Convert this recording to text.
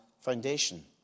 foundation